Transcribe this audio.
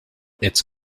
its